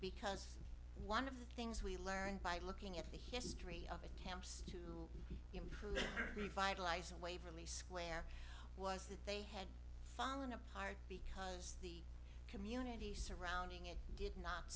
because one of the things we learned by looking at the history of attempts to improve revitalize and waverly square was that they had fallen apart because the community surrounding it did not